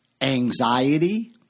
anxiety